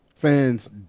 fans